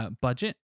budget